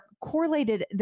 correlated